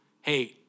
Hey